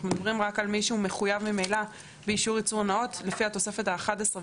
אלא רק על מישהו שמחויב ממילא באישור ייצור נאות לפי התוספת האחת-עשרה,